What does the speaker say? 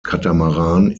catamaran